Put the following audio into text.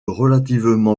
relativement